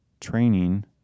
training